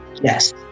yes